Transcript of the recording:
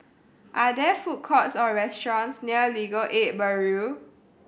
are there food courts or restaurants near Legal Aid Bureau